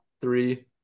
three